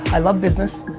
i love business.